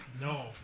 No